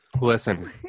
listen